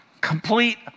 complete